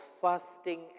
fasting